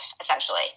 essentially